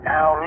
Now